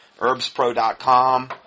HerbsPro.com